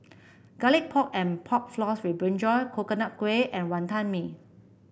Garlic Pork and Pork Floss with brinjal Coconut Kuih and Wonton Mee